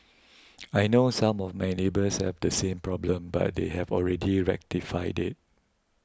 I know some of my neighbours have the same problem but they have already rectified it